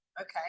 Okay